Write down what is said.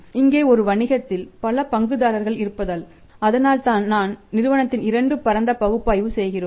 இங்கே ஒரு வணிகத்தில் பல பங்குதாரர்கள் இருப்பதால் அதனால்தான் நான் நிறுவனத்தின் இரண்டு பரந்த பகுப்பாய்வு செய்கிறோம்